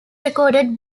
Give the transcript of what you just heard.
recorded